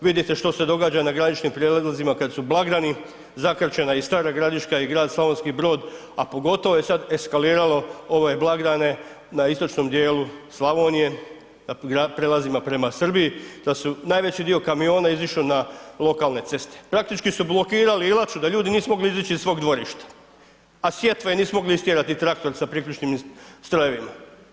Vidite što se događa na graničnim prijelazima kada su blagdani, zakrčena je i stara Gradiška i grad Slavonski Brod a pogotovo je sad eskaliralo ove blagdane na istočnom dijelu Slavonije, na prijelazima prema Srbiji da su najveći dio kamiona izišao na lokalne ceste, praktički su blokirali Ilaču da ljudi nisu mogli izići iz svog dvorišta a sjetva je, nisu mogli istjerati ni traktor sa priključnim strojevima.